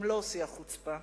אם לא שיא החוצפה.